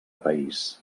país